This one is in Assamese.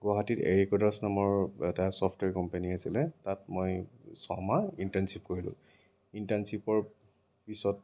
গুৱাহাটীত হেৰী ব্ৰাডাছ নামৰ এটা ছফটৱেৰ কম্পেনী আছিলে তাত মই ছমাহ ইণ্টাৰ্ণশ্বীপ কৰিলো ইণ্টাৰ্ণশ্বীপৰ পিছত